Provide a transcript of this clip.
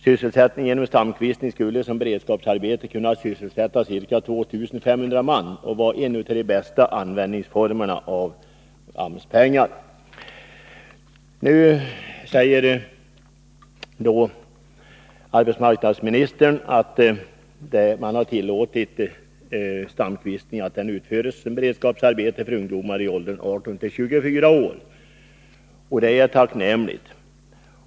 Sysselsättning genom stamkvistning skulle som beredskapsarbete kunna sysselsätta ca 2 500 man och vara en av de bästa formerna för användning av AMS-pengar. Nu säger arbetsmarknadsministern att AMS har tillåtit att stamkvistning utförs som beredskapsarbete av ungdomar i åldern 18-24 år, och det är tacknämligt.